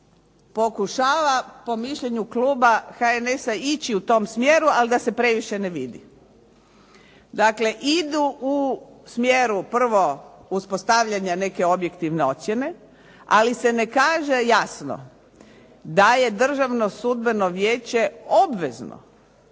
pokušava po mišljenju kluba HNS-a ići u tom smjeru, ali da se previše ne vidi. Dakle idu u smjeru prvo, uspostavljanja neke objektivne ocjene, ali se ne kaže jasno da je Državno sudbeno vijeće obvezno